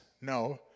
no